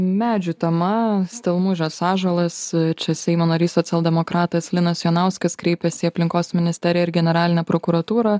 medžių tema stelmužės ąžuolas čia seimo narys socialdemokratas linas jonauskas kreipėsi į aplinkos ministeriją ir generalinę prokuratūrą